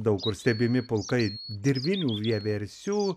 daug kur stebimi pulkai dirvinių vieversių